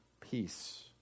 peace